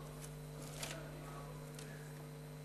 לוועדת הפנים והגנת הסביבה.